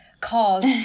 cause